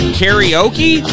karaoke